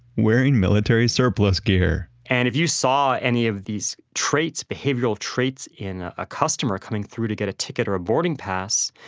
wearing military surplus gear and if you saw any of these traits, behavioral traits in a customer coming through to get a ticket or boarding pass,